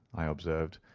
i observed,